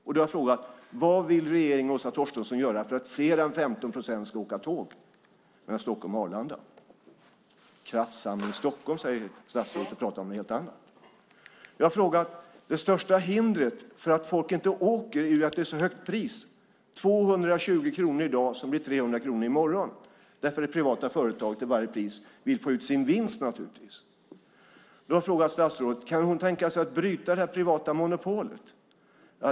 Jag har frågat: Vad vill regeringen och Åsa Torstensson göra för att mer än 15 procent ska åka tåg mellan Stockholm och Arlanda? Kraftsamling Stockholm, säger statsrådet och pratar om något helt annat. Det största hindret för att folk ska åka är att det är ett så högt pris. Det är 220 kronor i dag som blir 300 kronor i morgon därför att det privata företaget naturligtvis till varje pris vill få ut sin vinst. Jag har frågat statsrådet om hon kan tänka sig att bryta det privata monopolet.